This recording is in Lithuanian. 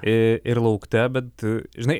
ir laukta bet žinai